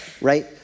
Right